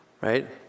Right